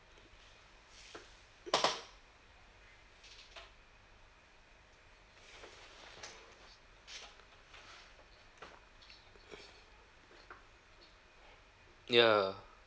ya